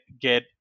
get